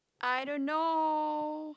I don't know